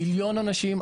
מיליון אנשים.